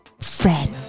friend